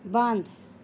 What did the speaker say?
بنٛد